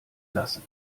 lassen